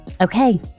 okay